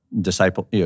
disciple